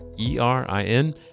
E-R-I-N